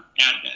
add